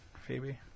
Phoebe